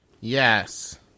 Yes